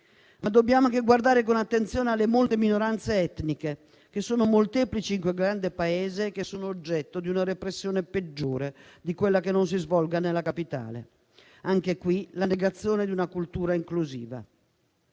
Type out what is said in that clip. Dobbiamo anche guardare con attenzione alle molte minoranze etniche, che sono molteplici in quel grande Paese e oggetto di una repressione peggiore di quella che non si svolga nella capitale. Anche qui, vi è la negazione di una cultura inclusiva.